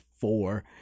four